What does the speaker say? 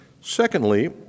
Secondly